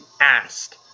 asked